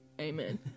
amen